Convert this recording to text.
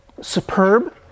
superb